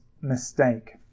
mistake